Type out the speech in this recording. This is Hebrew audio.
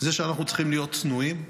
זה שאנחנו צריכים להיות צנועים.